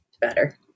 better